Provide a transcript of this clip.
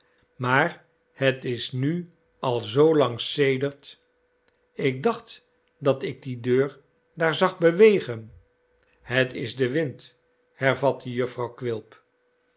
maar het is nu al zoolang sedert ik dacht dat ik die deur daar zag bewegen het is de wind hervatte jufvrouw quilp